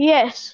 Yes